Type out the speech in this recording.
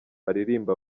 aririmba